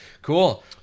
Cool